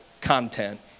content